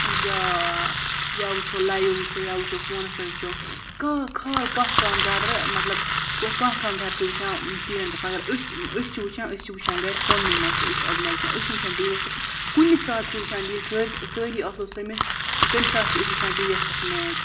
یا وٕچھو لایِو وٕچھو یا وٕچھو فونَس پٮ۪ٹھ وٕچھو کانٛہہ خال کانٛہہ کانٛہہ گَرٕ مطلب کانٛہہ کانٛہہ گَرٕ چھِ وٕچھان ٹی وی یَن پٮ۪ٹھ مگر أسۍ أسۍ چھِ وٕچھان أسۍ چھِ وٕچھان گَرِ فونٕے منٛز چھِ أسۍ آز میچ وٕچھان أسۍ چھِنہٕ وٕچھان ٹی وی یَس پٮ۪ٹھ کیٚنٛہہ کُنہِ ساتہٕ چھِ وٕچھان ییٚلہِ سٲر سٲری آسو سٔمِتھ تمہِ ساتہٕ چھِ أسۍ وٕچھان ٹی وی یَس پٮ۪ٹھ میچ